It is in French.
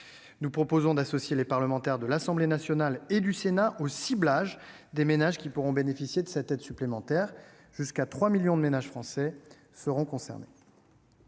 Nous proposons d'associer les parlementaires de l'Assemblée nationale et du Sénat au ciblage des ménages qui pourront bénéficier de cette aide supplémentaire. Jusqu'à 3 millions de ménages français sont concernés.